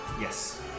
Yes